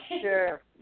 Sure